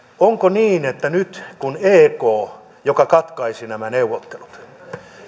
nyt niin että kun ek joka katkaisi nämä neuvottelut